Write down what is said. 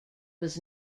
was